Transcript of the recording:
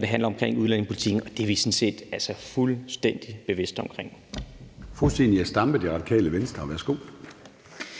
det handler om udlændingepolitikken, og det er vi sådan set fuldstændig bevidste omkring.